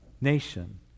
nation